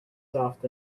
soft